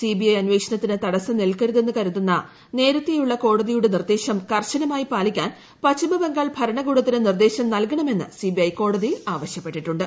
CBI അന്വേഷണത്തിന് തടസം നിൽക്കരുതെന്ന് കരുതുന്ന നേരത്തെയുള്ള കോടതിയുടെ നിർദ്ദേശം കർശനമായി പാലിക്കാൻ പശ്ചിമബംഗാൾ ഭരണകൂടത്തിന് നിർദ്ദേശം നൽകണമെന്ന് സിബിഐ കോടതിയിൽ ആവശ്യപ്പെട്ടിട്ടുണ്ട്